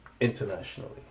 internationally